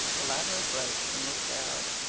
the latter approached and looked down.